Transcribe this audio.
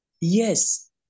yes